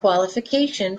qualification